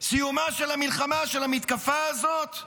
סיומה של המלחמה, של המתקפה הזאת,